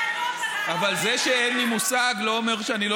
אבל זה שאין לי מושג לא אומר שאני לא